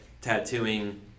tattooing